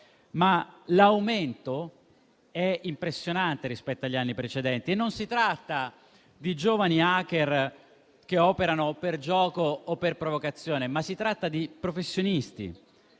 ma l'aumento è impressionante rispetto agli anni precedenti. E non si tratta di giovani *hacker* che operano per gioco o per provocazione, ma si tratta di professionisti